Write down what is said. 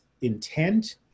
intent